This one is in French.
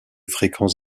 fréquents